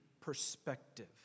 perspective